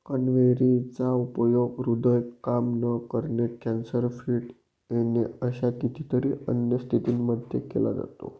कन्हेरी चा उपयोग हृदय काम न करणे, कॅन्सर, फिट येणे अशा कितीतरी अन्य स्थितींमध्ये केला जातो